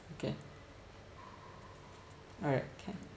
okay alright can